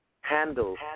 handle